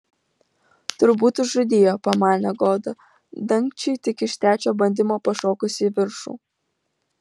turbūt užrūdijo pamanė goda dangčiui tik iš trečio bandymo pašokus į viršų